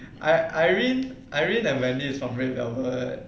I irene irene and wendy is from red velvet